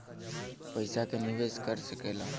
पइसा के निवेस कर सकेला